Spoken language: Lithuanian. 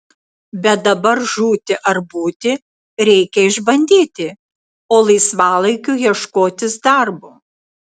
bet dabar žūti ar būti reikia išbandyti o laisvalaikiu ieškotis darbo